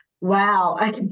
Wow